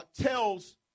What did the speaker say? tells